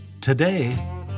Today